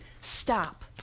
Stop